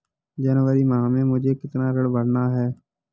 जनवरी माह में मुझे कितना ऋण भरना है?